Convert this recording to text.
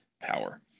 power